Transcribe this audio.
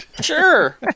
Sure